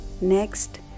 Next